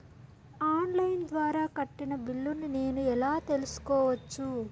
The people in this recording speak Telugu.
ఆన్ లైను ద్వారా కట్టిన బిల్లును నేను ఎలా తెలుసుకోవచ్చు?